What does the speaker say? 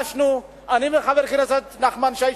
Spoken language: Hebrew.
אני וחבר הכנסת נחמן שי,